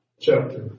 chapter